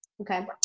Okay